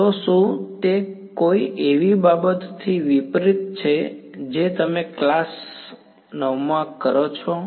તો શું તે કોઈ એવી બાબતથી વિપરીત છે જે તમે ક્લાસ 9 માં છો